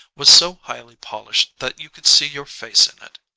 was so highly polished that you could see your face in it.